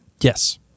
Yes